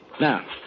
Now